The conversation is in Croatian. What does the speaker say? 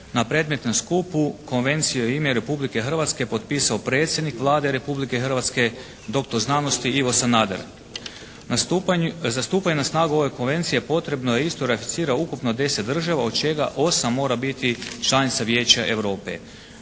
Na predmetnom skupu Konvenciju je u ime Republike Hrvatske potpisao predsjednik Vlade Republike Hrvatske, dr. znanosti Ivo Sanader. Za stupanje na snagu ove Konvencije potrebno je istu ratificira ukupno 10 država, od čega 8 mora biti članica Vijeća Europe.